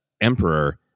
Emperor